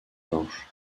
blanche